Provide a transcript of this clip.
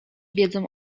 wiedzą